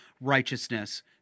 righteousness